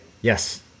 Yes